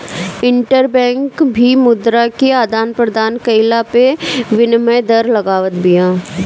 interbank भी मुद्रा के आदान प्रदान कईला पअ विनिमय दर लगावत बिया